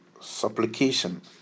supplication